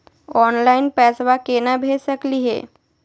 Online पैसवा केना भेज सकली हे?